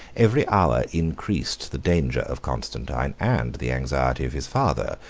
every hour increased the danger of constantine, and the anxiety of his father,